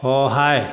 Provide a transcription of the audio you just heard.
সহায়